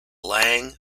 lang